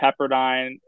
Pepperdine